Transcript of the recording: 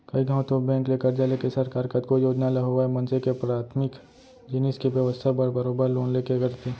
कइ घौं तो बेंक ले करजा लेके सरकार कतको योजना ल होवय मनसे के पराथमिक जिनिस के बेवस्था बर बरोबर लोन लेके करथे